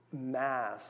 mass